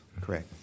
Correct